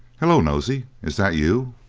hello, nosey, is that you?